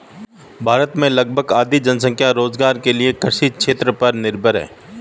भारत की लगभग आधी जनसंख्या रोज़गार के लिये कृषि क्षेत्र पर ही निर्भर है